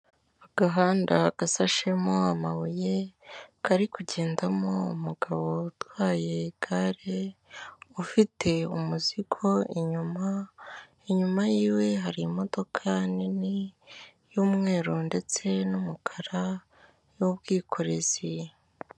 Agahanda gasashemo amabuye, kari kugendamo umugabo utwaye igare, ufite umuzigo inyuma, inyuma yiwe hari imodoka nini y'umweru ndetse n'umukara y'ubwikorezi.